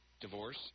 divorce